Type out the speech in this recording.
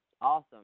Awesome